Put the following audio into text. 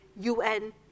UN